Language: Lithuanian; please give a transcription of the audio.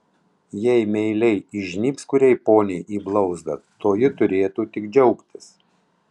jei meiliai įžnybs kuriai poniai į blauzdą toji turėtų tik džiaugtis